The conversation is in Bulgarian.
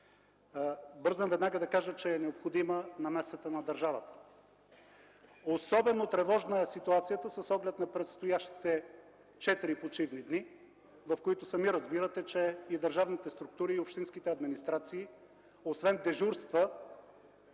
Бързам веднага да кажа, че е необходима намесата на държавата. Особено тревожна е ситуацията с оглед предстоящите четири почивни дни, в които, сами разбирате, че държавните структури и общинските администрации освен дежурства